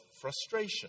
frustration